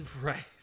Right